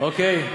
אוקיי?